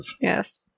Yes